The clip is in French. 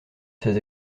ses